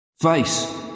Face